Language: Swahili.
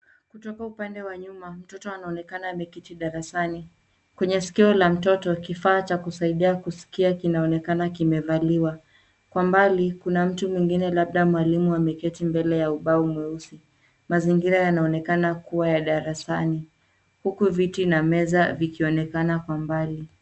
Kutoka upande wa nyuma mtoto anaonekana ameketi darasani. Kwenye sikio la mtoto kifaa cha kusaidia kuskia kinaonekana kimevaliwa. Kwa mbali kuna mtu mwengine labda mwalimu ameketi mbele ya ubao mweusi. Mazingira yanaonekana kuwa ya darasani huku viti na meza vikionekana kwa mbali.